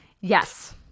Yes